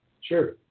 Sure